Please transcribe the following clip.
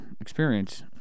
experience